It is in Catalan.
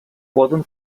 poden